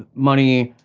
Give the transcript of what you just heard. money,